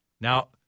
Now